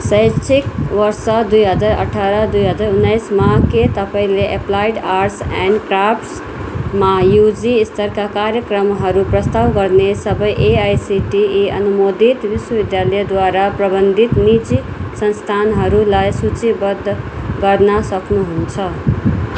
शैक्षिक वर्ष दुई हजार अठार दुई हजार उन्नाइसमा के तपाईँँले एप्लाइड आर्ट्स एन्ड क्राफ्ट्समा युजी स्तरका कार्यक्रमहरू प्रस्ताव गर्ने सबै एआइसिटिई अनुमोदित विश्वविद्यालयद्वारा प्रबन्धित निजी संस्थानहरूलाई सूचीबद्ध गर्न सक्नुहुन्छ